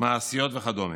מעשיות וכדומה.